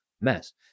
mess